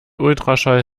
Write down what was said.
ultraschall